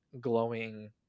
glowing